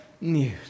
News